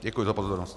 Děkuji za pozornost.